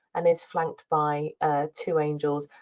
and he's flanked by two angels.